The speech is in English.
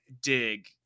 dig